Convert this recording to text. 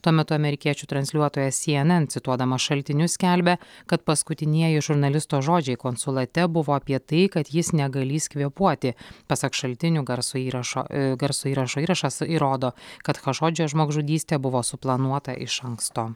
tuo metu amerikiečių transliuotojas cnn cituodamas šaltinius skelbia kad paskutinieji žurnalisto žodžiai konsulate buvo apie tai kad jis negalįs kvėpuoti pasak šaltinių garso įrašo garso įrašo įrašas įrodo kad chašodžio žmogžudystė buvo suplanuota iš anksto